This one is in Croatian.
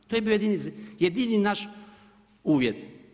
To je bio jedini naš uvjet.